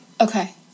okay